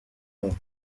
wabo